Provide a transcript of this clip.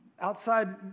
outside